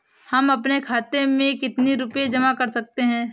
हम अपने खाते में कितनी रूपए जमा कर सकते हैं?